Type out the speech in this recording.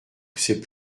c’est